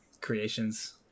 creations